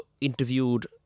interviewed